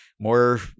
more